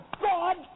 God